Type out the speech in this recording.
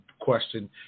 question